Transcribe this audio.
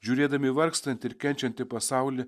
žiūrėdami į vargstantį ir kenčiantį pasaulį